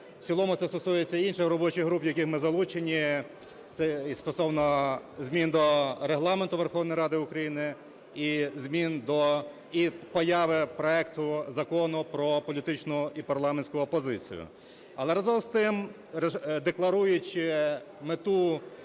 В цілому це стосується і інших робочих груп, в яких ми залучені, це і стосовно змін до Регламенту Верховної Ради України, і появи проекту Закону про політичну і парламентську опозицію. Але разом з тим, декларуючи мету